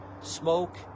smoke